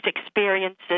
experiences